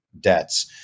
debts